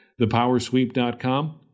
ThePowerSweep.com